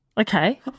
Okay